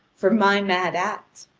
for my mad act.